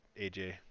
AJ